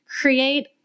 create